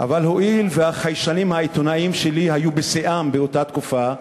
אבל הואיל והחיישנים העיתונאיים שלי היו בשיאם באותה תקופה,